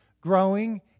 Growing